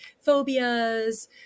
phobias